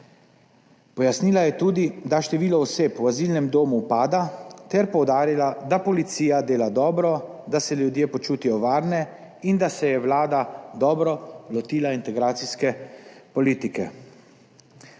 Pojasnila je tudi, da število oseb v azilnem domu upada ter poudarila, da policija dela dobro, da se ljudje počutijo varne in da se je Vlada dobro lotila integracijske politike.